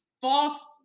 false